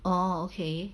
oh okay